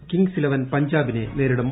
kings eleven പഞ്ചാബിനെ നേരിടും